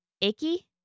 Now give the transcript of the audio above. icky